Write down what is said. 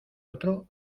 otro